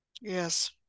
Yes